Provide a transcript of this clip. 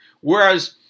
Whereas